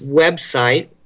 website